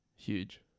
huge